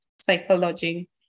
psychology